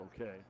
okay